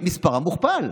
מספרם מוכפל.